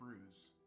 bruise